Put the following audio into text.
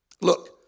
Look